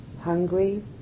Hungry